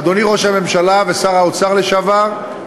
אדוני ראש הממשלה ושר האוצר לשעבר,